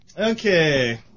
Okay